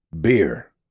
beer